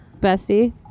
Bessie